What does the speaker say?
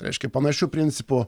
reiškia panašiu principu